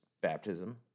baptism